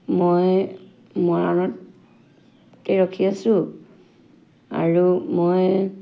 মই মৰাণতে ৰখি আছোঁ আৰু মই